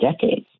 decades